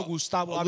Gustavo